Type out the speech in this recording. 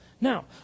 Now